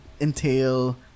entail